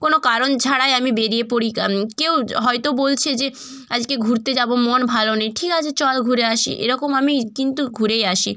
কোনো কারণ ছাড়াই আমি বেরিয়ে পড়ি কেউ হয়তো বলছে যে আজকে ঘুরতে যাবো মন ভালো নেই ঠিক আছে চল ঘুরে আসি এরকম আমি কিন্তু ঘুরেই আসি